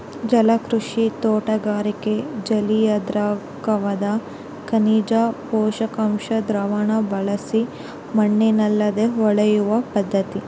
ಜಲಕೃಷಿ ತೋಟಗಾರಿಕೆ ಜಲಿಯದ್ರಾವಕದಗ ಖನಿಜ ಪೋಷಕಾಂಶ ದ್ರಾವಣ ಬಳಸಿ ಮಣ್ಣಿಲ್ಲದೆ ಬೆಳೆಯುವ ಪದ್ಧತಿ